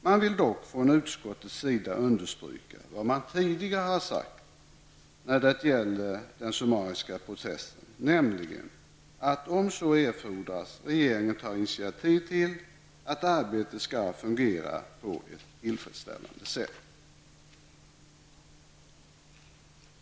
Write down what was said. Man vill dock från utskottets sida understryka vad man tidigare har sagt när det gäller den summariska processen, nämligen att om så erfordras skall regeringen ta initiativ till åtgärder för att arbetet skall fungera på ett tillfredsställande sätt.